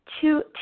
two